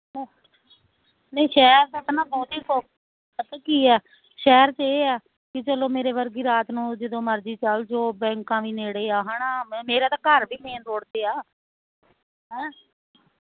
ਨਹੀਂ ਸ਼ਹਿਰ ਦੀ ਤਾਂ ਬਹੁਤੀ ਸੌਖੀ ਹੈ ਪਤਾ ਕੀ ਹੈ ਸ਼ਹਿਰ 'ਚ ਇਹ ਆ ਕਿ ਚਲੋ ਮੇਰੀ ਵਰਗੀ ਰਾਤ ਨੂੰ ਜਦੋ ਮਰਜੀ ਚਲ ਜੋ ਬੈਕਾਂ ਵੀ ਨੇੜੇ ਆ ਹੈ ਨਾ ਮੇਰਾ ਤਾਂ ਘਰ ਵੀ ਮੈਨ ਰੋਡ 'ਤੇ ਆ ਹੈਂ